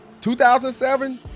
2007